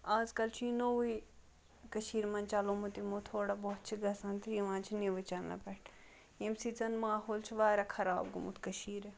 اَز کَل چھُ یہِ نوٚوٕے کٔشیٖرِ منٛز چَلوومُت یِمو تھوڑا بہت چھِ گژھان تہٕ یِوان چھِ نیوٕز چَنلہٕ پٮ۪ٹھ ییٚمہِ سۭتۍ زَن ماحول چھُ واریاہ خراب گوٚمُت کٔشیٖرِ